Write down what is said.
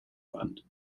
fund